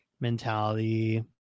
mentality